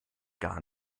gar